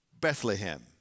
Bethlehem